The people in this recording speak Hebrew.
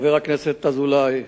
חבר הכנסת אזולאי,